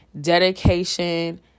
dedication